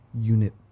unit